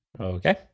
Okay